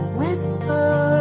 whisper